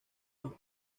los